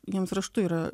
jiems raštu yra